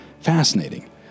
Fascinating